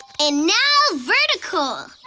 and now vertical!